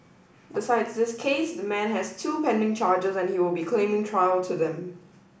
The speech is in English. besides this case the man has two pending charges and he will be claiming trial to them